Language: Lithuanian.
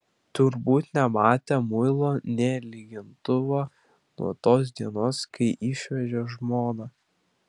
turbūt nematę muilo nė lygintuvo nuo tos dienos kai išvežė žmoną